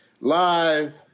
live